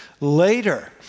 later